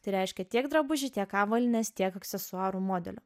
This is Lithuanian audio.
tai reiškia tiek drabužių tiek avalynės tiek aksesuarų modelių